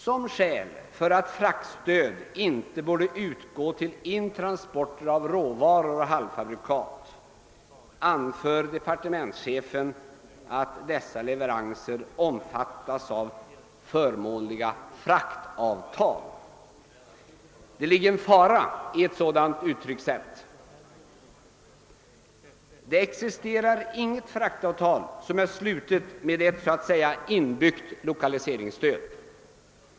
Som skäl för att fraktstöd inte borde utgå till intransporter av råvaror och halvfabrikat anför departementschefen att dessa leveranser omfattas av förmånliga fraktavtal. Det ligger en fara i ett sådant uttryckssätt. Det existerar inget fraktavtal som är slutet med ett så att säga inbyggt lokaliseringsstöd.